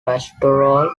pastoral